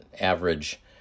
average